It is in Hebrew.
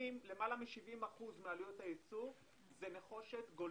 למעלה מ70% מעלויות הייצור זה נחושת גולמית.